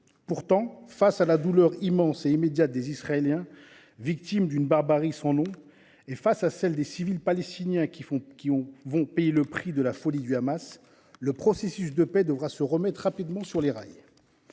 Pourtant, face à la douleur immense et immédiate des Israéliens, victimes d’une barbarie sans nom, et face à celle des civils palestiniens, qui vont payer le prix de la folie du Hamas, le processus de paix devra rapidement être remis sur les rails.